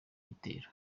gitero